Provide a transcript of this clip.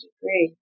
degree